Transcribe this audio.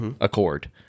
Accord